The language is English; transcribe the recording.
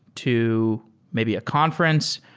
to maybe a conference.